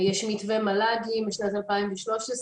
יש מתווה מל"גים משנת 2013,